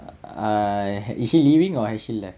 I is she leaving or has she left